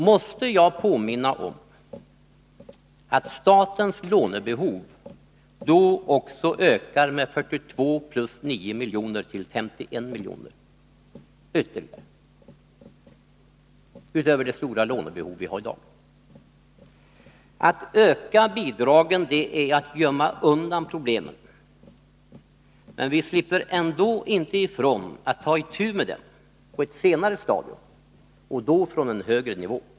Måste jag påminna om att statens lånebehov då också ökar med 42 plus 9 milj.kr. till 51 milj.kr. utöver det stora lånebehov vi har i dag? Att öka bidragen är att gömma undan problemen, men vi slipper ändå inte ifrån att ta itu med dem på ett senare stadium, och då från en högre nivå.